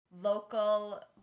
local